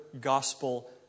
gospel